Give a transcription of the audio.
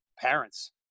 parents